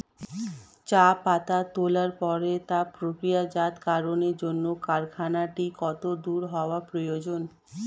চা পাতা তোলার পরে তা প্রক্রিয়াজাতকরণের জন্য কারখানাটি কত দূর হওয়ার প্রয়োজন?